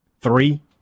Three